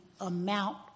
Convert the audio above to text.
amount